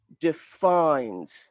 defines